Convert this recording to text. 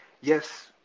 yes